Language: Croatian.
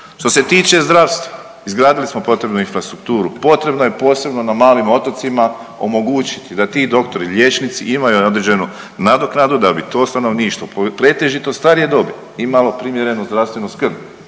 Što se tiče zdravstva, izgradili smo potrebnu infrastrukturu. Potrebno je posebno na malim otocima omogućiti da ti doktori, liječnici imaju određenu nadoknadu da bi to stanovništvo pretežito starije dobi imalo primjerenu zdravstvenu skrb.